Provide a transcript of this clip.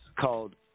called